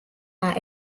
are